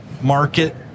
market